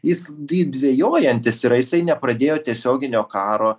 jis didvejojantis yra jisai nepradėjo tiesioginio karo